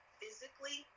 physically